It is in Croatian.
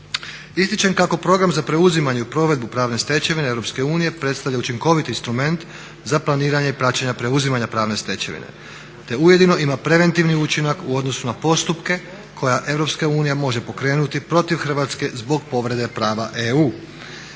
Ističem kako program za preuzimanje i provedbu pravne stečevine Europske unije predstavlja učinkovit instrument za planiranje praćenja preuzimanja pravne stečevine te ujedno ima preventivni učinak u odnosu na postupke koje Europske unija može pokrenuti protiv Hrvatske zbog povrede prava EU.